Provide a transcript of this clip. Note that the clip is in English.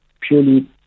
purely